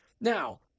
Now